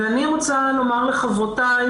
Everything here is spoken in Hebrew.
אני רוצה לומר לחברותיי,